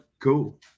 cool